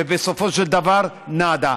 ובסופו של דבר נאדה.